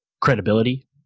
credibility